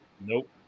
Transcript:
Nope